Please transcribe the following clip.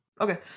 okay